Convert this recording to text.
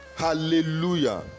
Hallelujah